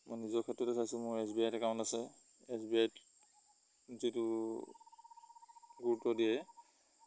মই নিজৰ ক্ষেত্ৰতে চাইছোঁ মোৰ এছ বি আই একাউণ্ট আছে এছ বি আইত যিটো গুৰুত্ব দিয়ে